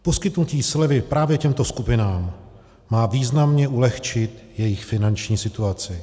Poskytnutí slevy právě těmto skupinám má významně ulehčit jejich finanční situaci.